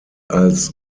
als